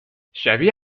شبیه